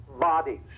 bodies